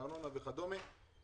ארנונה וכדומה.